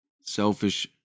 selfish